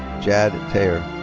jad taher.